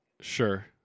Sure